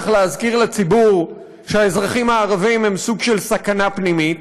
להזכיר לציבור שהאזרחים הערבים הם סוג של סכנה פנימית.